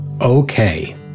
Okay